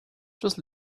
just